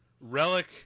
relic